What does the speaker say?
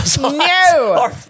No